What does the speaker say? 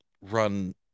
run